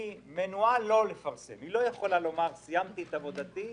היא לא יכולה לומר: סיימתי את עבודתי,